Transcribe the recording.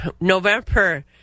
November